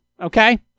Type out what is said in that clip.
Okay